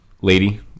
Lady